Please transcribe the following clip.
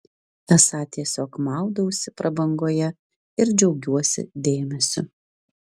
esą tiesiog maudausi prabangoje ir džiaugiuosi dėmesiu